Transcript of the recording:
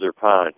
Pond